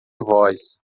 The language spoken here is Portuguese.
voz